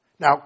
Now